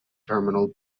terminal